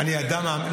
אני אדם מאמין.